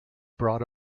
brought